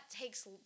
takes